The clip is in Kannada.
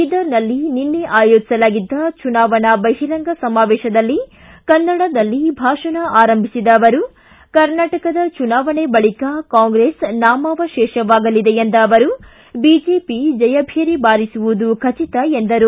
ಬೀದರನಲ್ಲಿ ನಿನ್ನೆ ಆಯೋಜಿಸಲಾಗಿದ್ದ ಚುನಾವಣಾ ಬಹಿರಂಗ ಸಮಾವೇಶದಲ್ಲಿ ಕನ್ನಡದಲ್ಲಿ ಭಾಷಣ ಆರಂಭಿಸಿದ ಅವರು ಕರ್ನಾಟಕದ ಚುನಾವಣೆ ಬಳಿಕ ಕಾಂಗ್ರೆಸ್ ನಾಮಾವಶೇಷವಾಗಲಿದೆ ಎಂದ ಅವರು ಬಿಜೆಪಿ ಜಯಭೇರಿ ಬಾರಿಸುವುದು ಖಚಿತ ಎಂದರು